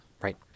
right